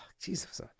Jesus